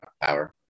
power